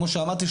כמו שאמרתי,